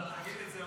תגיד את זה עוד פעם.